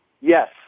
Yes